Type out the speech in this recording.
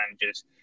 managers